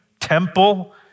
temple